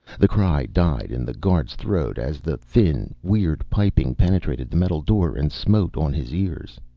the cry died in the guard's throat as the thin, weird piping penetrated the metal door and smote on his ears.